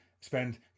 spend